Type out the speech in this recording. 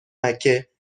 مکه